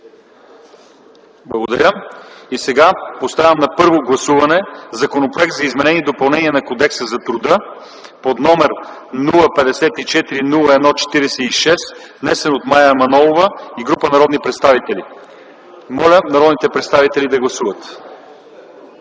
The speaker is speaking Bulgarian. е прието. Сега поставям на първо гласуване Законопроект за изменение и допълнение на Кодекса на труда под № 054-01-46, внесен от Мая Манолова и група народни представители. Моля, народните представители да гласуват.